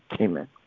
amen